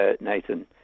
Nathan